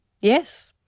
Yes